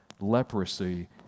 leprosy